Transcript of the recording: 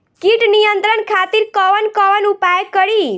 कीट नियंत्रण खातिर कवन कवन उपाय करी?